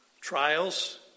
Trials